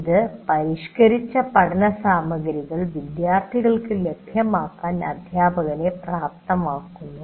ഇത് പരിഷ്കരിച്ച പഠനസാമഗ്രികൾ വിദ്യാർത്ഥികൾക്ക് ലഭ്യമാക്കാൻ അധ്യാപകനെ പ്രാപ്തമാക്കുന്നു